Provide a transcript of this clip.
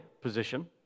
position